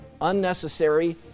unnecessary